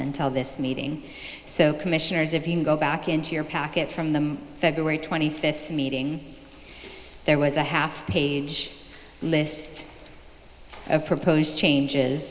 until this meeting so commissioners if you go back into your packet from the february twenty fifth meeting there was a half page list of proposed changes